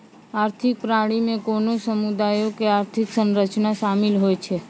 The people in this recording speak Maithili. आर्थिक प्रणाली मे कोनो समुदायो के आर्थिक संरचना शामिल होय छै